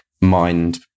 mind